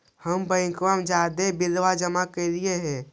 हम बैंकवा मे जाके बिलवा जमा कैलिऐ हे?